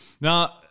Now